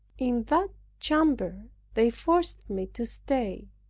in that chamber they forced me to stay.